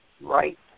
right